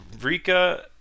Rika